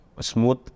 smooth